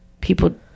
people